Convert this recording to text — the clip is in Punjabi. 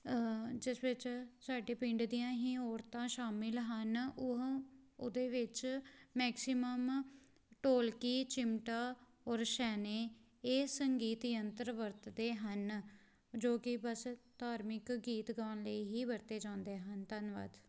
ਜਿਸ ਵਿੱਚ ਸਾਡੇ ਪਿੰਡ ਦੀਆਂ ਹੀ ਔਰਤਾਂ ਸ਼ਾਮਿਲ ਹਨ ਉਹ ਉਹਦੇ ਵਿੱਚ ਮੈਕਸੀਮਮ ਢੋਲਕੀ ਚਿਮਟਾ ਔਰ ਛੈਣੇ ਇਹ ਸੰਗੀਤ ਯੰਤਰ ਵਰਤਦੇ ਹਨ ਜੋ ਕਿ ਬਸ ਧਾਰਮਿਕ ਗੀਤ ਗਾਉਣ ਲਈ ਹੀ ਵਰਤੇ ਜਾਂਦੇ ਹਨ ਧੰਨਵਾਦ